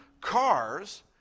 cars